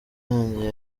yongeye